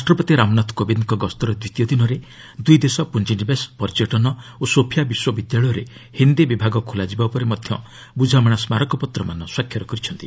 ରାଷ୍ଟ୍ରପତି ରାମନାଥ କୋବିନ୍ଦ୍ଙ୍କ ଗସ୍ତର ଦ୍ୱିତୀୟ ଦିନରେ ଦୁଇ ଦେଶ ପୁଞ୍ଜିନିବେଶ ପର୍ଯ୍ୟଟନ ଓ ସୋଫିଆ ବିଶ୍ୱବିଦ୍ୟାଳୟରେ ହିନ୍ଦୀ ବିଭାଗ ଖୋଲାଯିବା ଉପରେ ମଧ୍ୟ ବୁଝାମଣା ସ୍କାରକପତ୍ରମାନ ସ୍ୱାକ୍ଷର କରିଛନ୍ତି